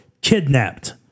kidnapped